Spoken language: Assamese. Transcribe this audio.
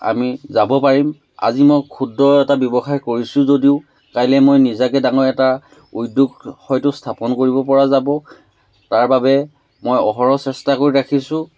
আমি যাব পাৰিম আজি মই ক্ষুদ্ৰ এটা ব্যৱসায় কৰিছোঁ যদিও কাইলে মই নিজাকৈ ডাঙৰ এটা উদ্যোগ হয়টো স্থাপন কৰিব পৰা যাব তাৰ বাবে মই অহৰহ চেষ্টা কৰি ৰাখিছোঁ